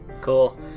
Cool